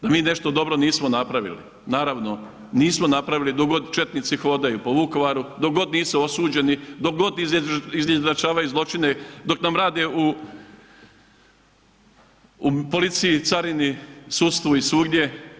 Da mi nešto dobro nismo napravili, naravno, nismo napravili dok god četnici hodaju po Vukovaru, dok god nisu osuđeni, dok god izjednačavaju zločine, dok nam rade u policiji, carini, sudstvu i svugdje.